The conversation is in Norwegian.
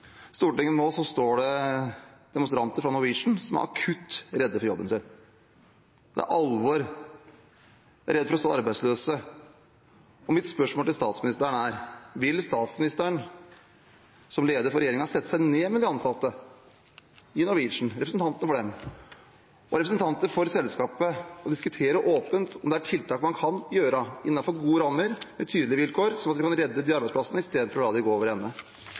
står det nå demonstranter fra Norwegian, som er akutt redde for jobben sin. Det er alvor, man er redd for å stå arbeidsløs. Mitt spørsmål til statsministeren er: Vil hun som leder for regjeringen sette seg ned med de ansatte i Norwegian, representanter for dem, og representanter for selskapet og diskutere åpent om det er tiltak man kan gjøre innenfor gode rammer med tydelige vilkår, sånn at man kan redde arbeidsplassene i stedet for å la dem gå over ende?